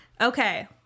Okay